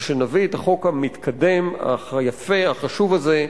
ושנביא את החוק המתקדם, אך היפה, החשוב הזה,